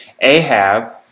Ahab